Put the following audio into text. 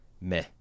meh